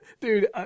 Dude